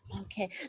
Okay